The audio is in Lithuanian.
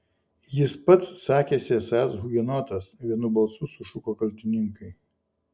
jis pats sakėsi esąs hugenotas vienu balsu sušuko kaltininkai